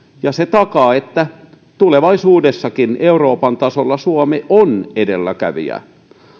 ja se takaa että tulevaisuudessakin euroopan tasolla suomi on edelläkävijä